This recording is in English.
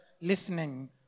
listening